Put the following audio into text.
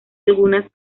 algunas